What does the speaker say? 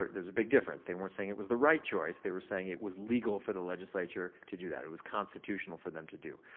there's a big difference. they weren't saying it was the right choice. they were saying it was legal for the legislature to do that. it was constitutional for them to do.